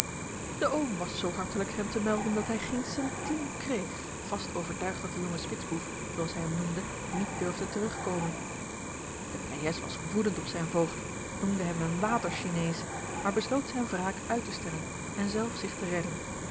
de oom was zoo hartelijk hem te melden dat hij geene centime kreeg vast overtuigd dat de jonge spitsboef zoo als hij hem noemde niet durfde terug komen de pleyes was woedend op zijn voogd noemde hem een waterchinees maar besloot zijne wraak uit te stellen en zelf zich te redden